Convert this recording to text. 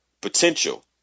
potential